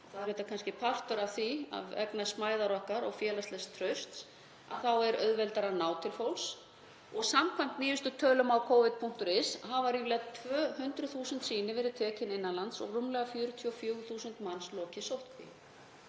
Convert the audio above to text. á veirunni. Kannski er partur af því að vegna smæðar okkar og félagslegs trausts er auðveldara að ná til fólks og samkvæmt nýjustu tölum á covid.is hafa ríflega 200.000 sýni verið tekin innan lands og rúmlega 44.000 manns lokið sóttkví.